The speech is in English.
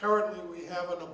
currently we have a